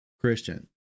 Christian